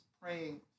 praying